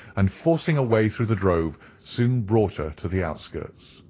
and forcing a way through the drove, soon brought her to the outskirts.